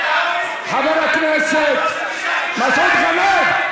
חבר הכנסת מסעוד גנאים.